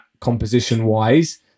composition-wise